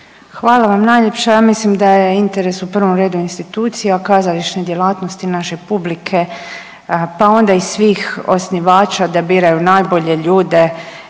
Hvala vam najljepša. Ja mislim da je interes u prvom redu institucija, kazališne djelatnosti i naše publike, pa onda i svih osnivača da biraju najbolje ljude